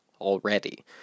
already